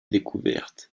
découverte